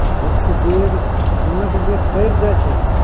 आओर भूखके बेर खानाके बेर टपि जाइ छै